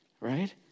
right